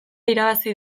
irabazi